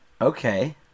Okay